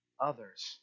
others